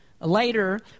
Later